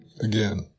again